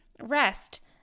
rest